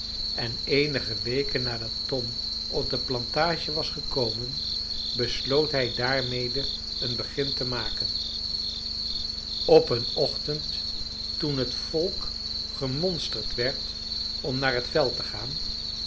en eenige weken nadat tom op de plantage was gekomen besloot hij daarmede een begin te maken op een ochtend toen het volk gemonsterd werd om naar het veld te gaan